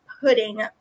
Pudding